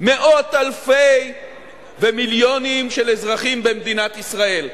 מאות אלפי ומיליונים של אזרחים במדינת ישראל,